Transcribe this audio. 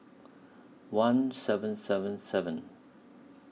one seven seven seven